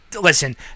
listen